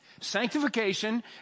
Sanctification